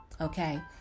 okay